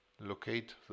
locate